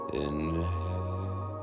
inhale